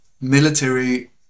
military